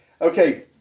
Okay